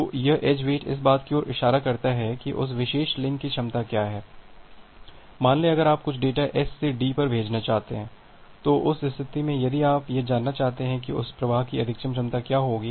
तो यह edge weight इस बात की ओर इशारा करता है कि उस विशेष लिंक की क्षमता क्या है मान लें अगर आप कुछ डेटा S से D पर भेजना चाहते हैं तो उस स्थिति में यदि आप यह जानना चाहते हैं कि उस प्रवाह की अधिकतम क्षमता क्या होगी